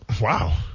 wow